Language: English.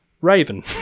raven